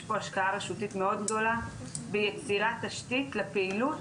יש פה השקעה רשותית מאוד גדולה ביצירת תשתית לפעילות,